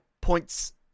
points